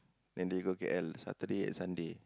then they go K_L Saturday and Sunday